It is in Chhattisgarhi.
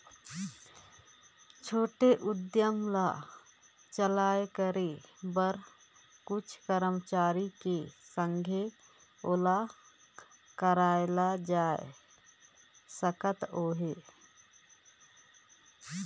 छोटे उद्यम ल चालू करे बर कुछु करमचारी के संघे ओला करल जाए सकत अहे